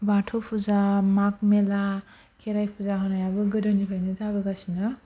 बाथौ फुजा माग मेला खेराइ फुजा होनायाबो गोदोनिफ्रायनो जाबोगासिनो